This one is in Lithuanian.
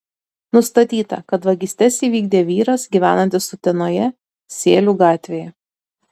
nustatyta kad vagystes įvykdė vyras gyvenantis utenoje sėlių gatvėje